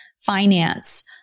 finance